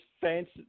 fancy